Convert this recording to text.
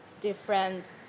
difference